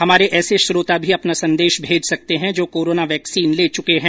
हमारे ऐसे श्रोता भी अपना संदेश भेज सकते हैं जो कोरोना वैक्सीन ले चुके हैं